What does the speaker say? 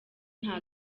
nta